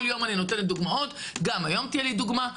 כל יום אני נותנת דוגמאות וגם היום תהיה לי דוגמה,